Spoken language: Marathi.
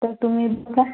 तर तुम्ही कश्